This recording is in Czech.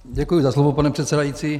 Děkuji za slovo, pane předsedající.